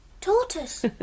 Tortoise